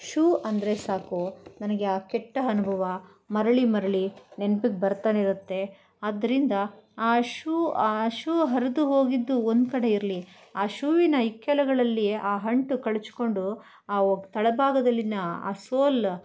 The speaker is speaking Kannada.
ಶೂ ಅಂದರೆ ಸಾಕು ನನಗೆ ಆ ಕೆಟ್ಟ ಅನುಭವ ಮರಳಿ ಮರಳಿ ನೆನಪಿಗೆ ಬರ್ತಾನೇ ಇರುತ್ತೆ ಆದ್ದರಿಂದ ಆ ಶೂ ಆ ಶೂ ಹರಿದು ಹೋಗಿದ್ದು ಒಂದು ಕಡೆ ಇರಲಿ ಆ ಶೂವಿನ ಇಕ್ಕೆಲಗಳಲ್ಲಿ ಆ ಅಂಟು ಕಳಚ್ಕೊಂಡು ಆ ತಳಭಾಗದಲ್ಲಿನ ಆ ಸೋಲ್